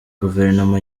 guverinoma